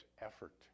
effort